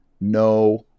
no